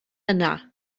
yna